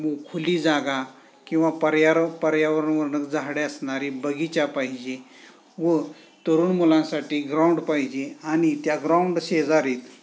मो खुली जागा किंवा पर्यारव पर्यावरवरणक झाडे असणारी बगीचा पाहिजे व तरुण मुलांसाठी ग्राउंड पाहिजे आणि त्या ग्राउंड शेजारी